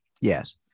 Yes